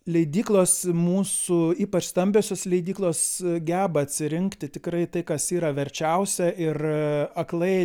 leidyklos mūsų ypač stambiosios leidyklos geba atsirinkti tikrai tai kas yra verčiausia ir aklai